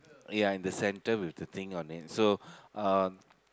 yeah in the center with the thing on it so uh